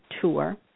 tour